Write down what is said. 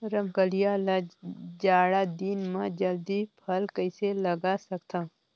रमकलिया ल जाड़ा दिन म जल्दी फल कइसे लगा सकथव?